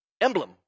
emblem